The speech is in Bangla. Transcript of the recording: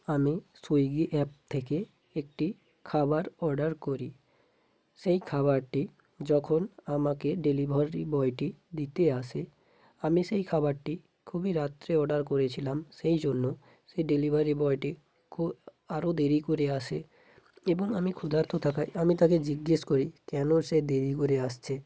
আমি সুইগি অ্যাপ থেকে একটি খাবার অর্ডার করি সেই খাবারটি যখন আমাকে ডেলিভারি বয়টি দিতে আসে আমি সেই খাবারটি খুবই রাত্রে অর্ডার করেছিলাম সেই জন্য সেই ডেলিভারি বয়টি খুব আরও দেরি করে আসে এবং আমি ক্ষুধার্থ থাকায় আমি তাকে জিজ্ঞাসা করি কেন সে দেরি করে আসছে